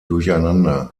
durcheinander